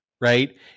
right